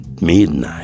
Midnight